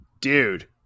Dude